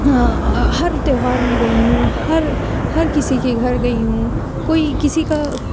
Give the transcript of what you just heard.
ہر تیوہار میں گئی ہوں ہر ہر کسی کے گھر گئی ہوں کوئی کسی کا